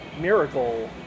miracle